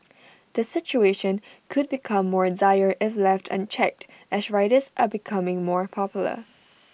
the situation could become more dire if left unchecked as riders are becoming more popular